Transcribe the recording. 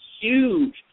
huge